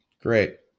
Great